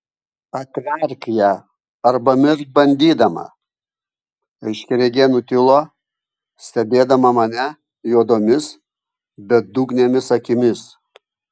atverk ją arba mirk bandydama aiškiaregė nutilo stebėdama mane juodomis bedugnėmis akimis